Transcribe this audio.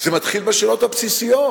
זה מתחיל בשאלות הבסיסיות.